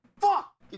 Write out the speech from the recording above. Fuck